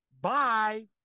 Bye